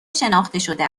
شناختهشده